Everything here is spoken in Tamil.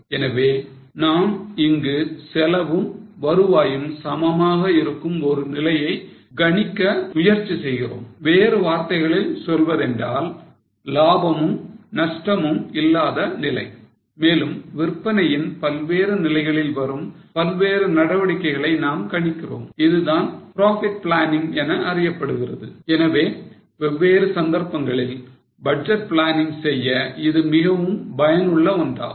எனவே நாம் இங்கு செலவும் வருவாயும் சமமாக இருக்கும் ஒரு நிலையை கணிக்க முயற்சி செய்கிறோம் வேறு வார்த்தைகளில் சொல்வதென்றால் லாபமும் நஷ்டமும் இல்லாத நிலை மேலும் விற்பனையின் பல்வேறு நிலைகளில் வரும் பல்வேறு நடவடிக்கைகளை நாம் கணிக்கிறோம் இதுதான் profit planning என அறியப்படுகிறது எனவே வெவ்வேறு சந்தர்ப்பங்களில் budget planning செய்ய இது மிகவும் பயனுள்ள ஒன்றாகும்